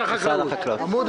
עמוד